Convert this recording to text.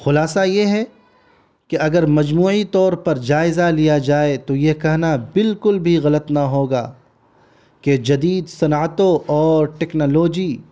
خلاصہ یہ ہے کہ اگر مجموعی طور پر جائزہ لیا جائے تو یہ کہنا بالکل بھی غلط نہ ہوگا کہ جدید صنعتوں اور ٹیکنالوجی